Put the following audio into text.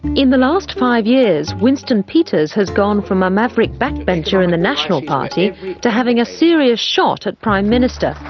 in the last five years, winston peters has gone from a maverick backbencher in the national party to having a serious shot at prime minister,